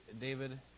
David